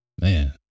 man